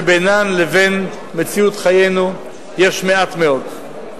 שבינן לבין מציאות חיינו יש מעט מאוד.